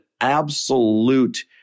absolute